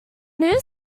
new